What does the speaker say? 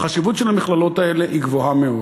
החשיבות של המכללות האלה היא גבוהה מאוד.